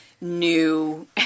new